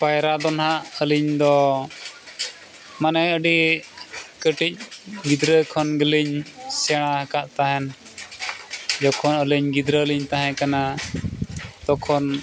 ᱯᱟᱭᱨᱟ ᱫᱚ ᱱᱟᱦᱟᱜ ᱟᱹᱞᱤᱧ ᱫᱚ ᱢᱟᱱᱮ ᱟᱹᱰᱤ ᱠᱟᱹᱴᱤᱡ ᱜᱤᱫᱽᱨᱟᱹ ᱠᱷᱚᱱ ᱜᱮᱞᱤᱧ ᱥᱮᱬᱟ ᱟᱠᱟᱫ ᱛᱟᱦᱮᱱ ᱡᱚᱠᱷᱚᱱ ᱟᱹᱞᱤᱧ ᱜᱤᱫᱽᱨᱟᱹ ᱞᱤᱧ ᱛᱟᱦᱮᱸ ᱠᱟᱱᱟ ᱛᱚᱠᱷᱚᱱ